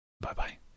bye-bye